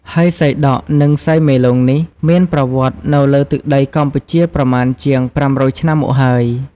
ហើយសីដក់ និង សីមេលោងនេះមានប្រវត្តិនៅលើទឹកដីកម្ពុជាប្រមាណជាង ៥០០ឆ្នាំមកហើយ ។